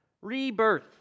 Rebirth